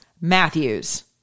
Matthews